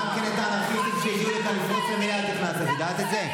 את הבאת אנרכיסטים לפה, הם נכנסו על השם שלך.